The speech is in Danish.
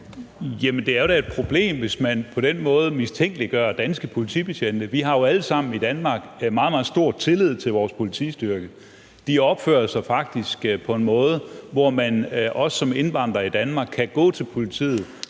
jo da et problem, hvis man på den måde mistænkeliggør danske politibetjente. Vi har jo alle sammen i Danmark meget, meget stor tillid til vores politistyrke. De opfører sig faktisk på en måde, der gør, at man også som indvandrer i Danmark kan gå til politiet